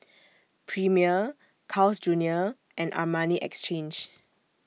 Premier Carl's Junior and Armani Exchange